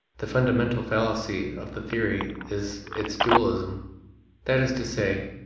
the fundamental fallacy of the theory is its dualism that is to say,